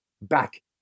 back